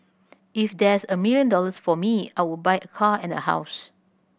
if there's a million dollars for me I would buy a car and a house